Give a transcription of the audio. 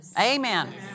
Amen